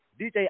DJ